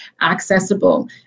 accessible